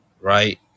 right